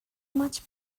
much